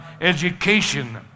Education